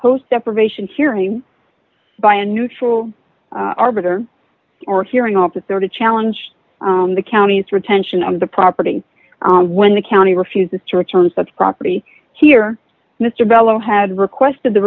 host deprivation hearing by a neutral arbiter or hearing officer to challenge the county's retention of the property when the county refuses to return such property here mr bello had requested the